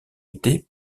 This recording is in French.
était